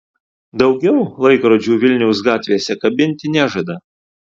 daugiau laikrodžių vilniaus gatvėse kabinti nežada